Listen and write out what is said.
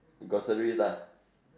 groceries ah